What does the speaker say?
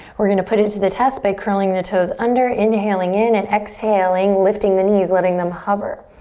we're gonna put it to the test by curling the toes under, inhaling in, and exhaling, lifting the knees, letting them hover.